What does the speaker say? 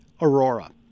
Aurora